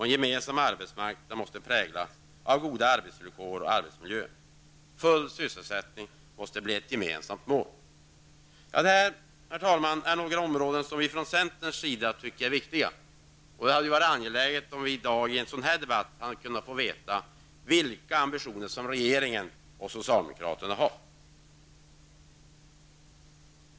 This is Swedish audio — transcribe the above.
En gemensam arbetsmarknad måste präglas av goda arbetsvillkor och arbetsmiljöer. Full sysselsättning måste bli ett gemensamt mål. Detta, herr talman, är några områden som vi i centern anser vara viktiga. Det hade varit angeläget om vi i debatten i dag hade kunnat få veta vilka ambitioner regeringen och socialdemokraterna har.